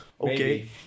Okay